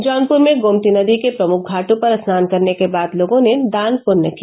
जौनपूर में गोमती नदी के प्रमुख घाटों पर स्नान करने के बाद लोगों ने दान पुण्य किया